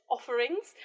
offerings